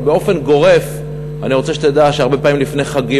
אבל באופן גורף אני רוצה שתדע שהרבה פעמים לפני חגים